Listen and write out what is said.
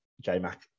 J-Mac